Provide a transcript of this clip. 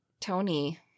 Tony